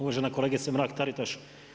Uvažene kolegice Mrak-Taritaš.